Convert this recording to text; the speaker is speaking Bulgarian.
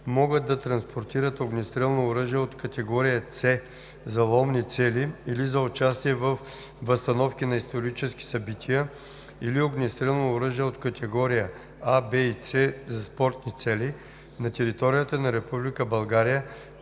могат да транспортират огнестрелно оръжие от категория C за ловни цели или за участие във възстановки на исторически събития или огнестрелно оръжие от категории „А“, „В“ и „C“ за спортни цели на територията на Република България